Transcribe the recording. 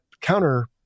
counter